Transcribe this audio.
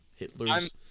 hitlers